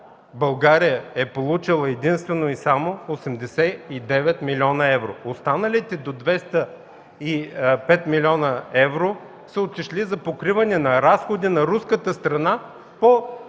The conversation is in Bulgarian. България е получила единствено и само 89 млн. евро, останалите – до 205 млн. евро, са отишли за покриване на разходи на руската страна по